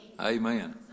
Amen